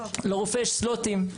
לרופא יש סלוטים.